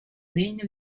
degno